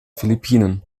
philippinen